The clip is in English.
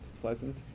pleasant